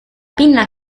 pinna